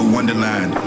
Wonderland